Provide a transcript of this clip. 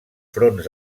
fronts